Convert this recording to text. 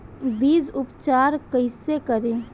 बीज उपचार कईसे करी?